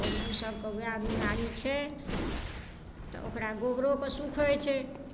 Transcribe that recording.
पशु सबके ओएह बीमारी छै तऽ ओकरा गोबरोके सुख होइ छै